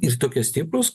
ir tokie stiprūs